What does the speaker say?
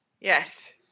Yes